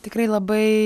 tikrai labai